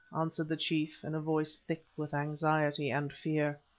answered the chief, in a voice thick with anxiety and fear.